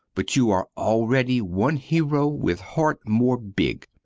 but you are already one hero with heart more big.